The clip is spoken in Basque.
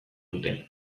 dute